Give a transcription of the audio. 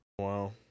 Wow